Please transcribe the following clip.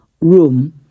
room